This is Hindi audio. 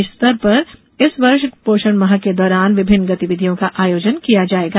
प्रदेश स्तर पर इस वर्ष पोषण माह के दौरान में विभिन्न गतिविधियों का आयोजन किया जाएगा